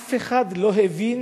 אף אחד לא הבין